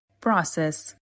Process